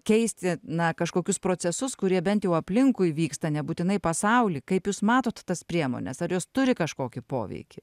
keisti na kažkokius procesus kurie bent jau aplinkui vyksta nebūtinai pasauly kaip jūs matot tas priemones ar jos turi kažkokį poveikį